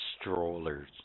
strollers